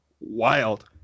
wild